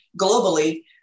globally